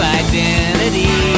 identity